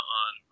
on